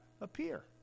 appear